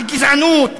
של גזענות,